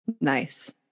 Nice